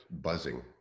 buzzing